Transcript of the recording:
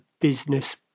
business